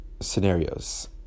Scenarios